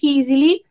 easily